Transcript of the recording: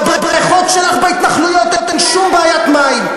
בבריכות שלך בהתנחלויות אין שום בעיית מים.